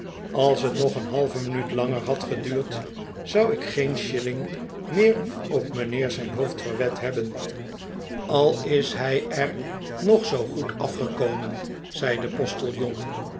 als het nog een halve minuut langer had geduurd zou ik geen shilling meer op mijnheer zijn hoofd verwed hebben al is hij er nog zoo goed afgekomen zei de